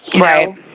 Right